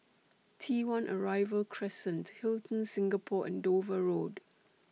T one Arrival Crescent Hilton Singapore and Dover Road